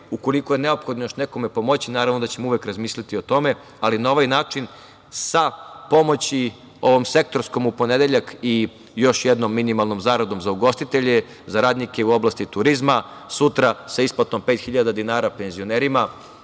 Ukoliko je neophodno još nekome pomoći, naravno da ćemo uvek razmišljati o tome, ali na ovaj način sa pomoći ovom sektorskom, u ponedeljak i još jednom minimalnom zaradom za ugostitelje, za radnike u oblasti turizma, sutra sa isplatom 5.000 dinara penzionerima,